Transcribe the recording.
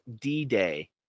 D-Day